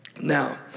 Now